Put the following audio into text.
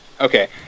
Okay